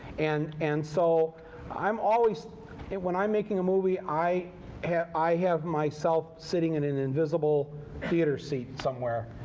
and and so i'm always when i'm making a movie, i have i have myself sitting in an invisible theater seat somewhere,